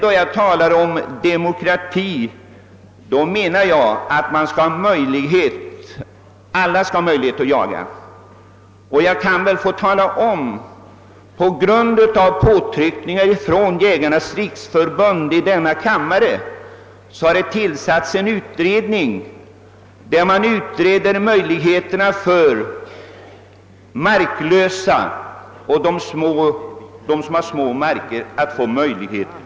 När jag talar om demokrati menar jag att alla skall ha möjlighet att jaga. Jag kan nämna att det efter påtryckning från Jägarnas riksförbund i denna kammare har tillsatts en utredning beträffande möjligheterna för de marklösa och dem som har små marker att få jaga.